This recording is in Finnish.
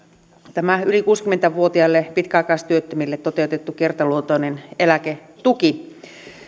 tämä yli kuusikymmentä vuotiaille pitkäaikaistyöttömille toteutettava kertaluontoinen eläketuki